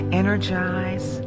energize